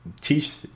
teach